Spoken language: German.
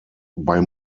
bei